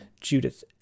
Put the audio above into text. Judith